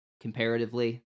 comparatively